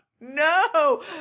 No